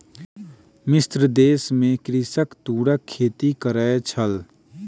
मिस्र देश में कृषक तूरक खेती करै छल